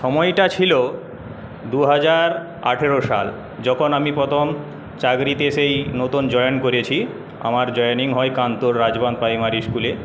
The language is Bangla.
সময়টা ছিল দুহাজার আঠেরো সাল যখন আমি প্রথম চাকরিতে সেই নতুন জয়েন করেছি আমার জয়েনিং হয় কান্তোর রাজবাঁধ প্রাইমারি স্কুলে